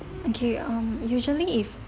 okay um usually if